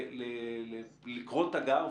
לקרוא תגר,